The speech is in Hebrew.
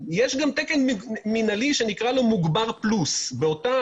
באותה נשימה יש גם תקן מינהלי שנקרא לו "מוגבר פלוס": באותה